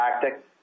tactic